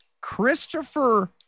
Christopher